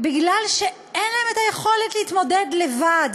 מפני שאין להן היכולת להתמודד לבד.